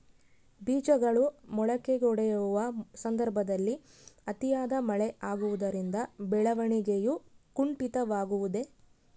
ಬೇಜಗಳು ಮೊಳಕೆಯೊಡೆಯುವ ಸಂದರ್ಭದಲ್ಲಿ ಅತಿಯಾದ ಮಳೆ ಆಗುವುದರಿಂದ ಬೆಳವಣಿಗೆಯು ಕುಂಠಿತವಾಗುವುದೆ?